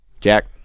Jack